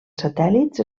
satèl·lits